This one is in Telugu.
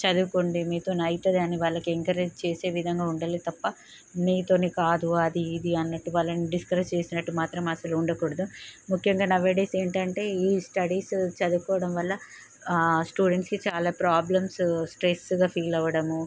చదువుకోండి మీతో అవుతుంది అని వాళ్ళకు ఎంకరేజ్ చేసే విధంగా ఉండాలి తప్ప నీతోనే కాదు అది ఇది అన్నట్టు వాళ్ళను డిస్కరేజ్ చేసినట్టు మాత్రం అసలు ఉండకూడదు ముఖ్యంగా నౌ ఏ డేస్ ఏంటంటే ఈ స్టడీస్ చదువుకోవడం వల్ల స్టూడెంట్స్కి చాలా ప్రాబ్లమ్స్ స్ట్రెస్గా ఫీల్ అవ్వడము